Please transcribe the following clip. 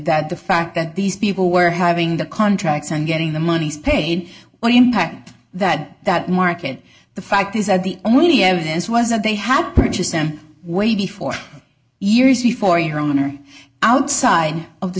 that the fact that these people were having the contracts and getting the monies paid what impact that that market the fact is that the only evidence was that they had purchased them way before years before your own or outside of the